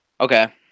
Okay